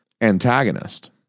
antagonist